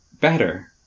Better